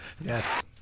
Yes